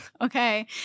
Okay